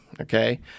Okay